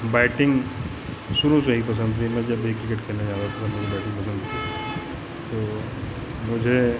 batting शुरू से ही पसंद थी मैं जब भी क्रिकेट खेलने जाता था मुझे बैटिंग पसंद थी तो मुझे